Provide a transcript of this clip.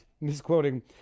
Misquoting